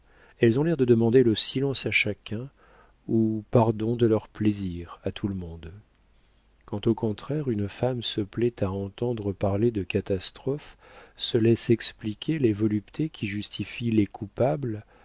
elles ont l'air de demander le silence à chacun ou pardon de leur plaisir à tout le monde quand au contraire une femme se plaît à entendre parler de catastrophes se laisse expliquer les voluptés qui justifient les coupables